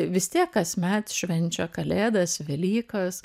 vis tiek kasmet švenčia kalėdas velykas